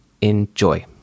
enjoy